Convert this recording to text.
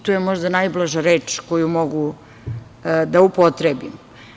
To je možda najblaža reč koju mogu da upotrebim.